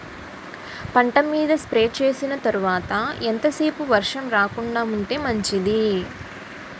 పంట మీద స్ప్రే చేసిన తర్వాత ఎంత సేపు వర్షం రాకుండ ఉంటే మంచిది?